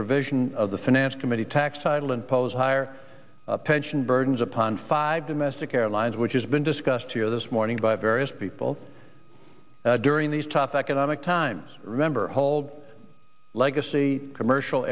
provision of the finance committee tax title imposed higher pension burdens upon five domestic airlines which has been discussed here this morning by various people during these tough economic times remember hold legacy commercial